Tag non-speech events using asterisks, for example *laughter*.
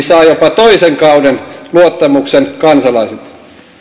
*unintelligible* saa jopa toisen kauden luottamuksen kansalaisilta